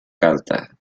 carta